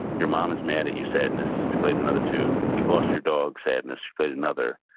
your mom is mad at you sadness, she played another tune, you've lost your dog sadness, she played another.